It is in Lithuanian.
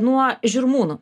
nuo žirmūnų